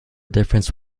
difference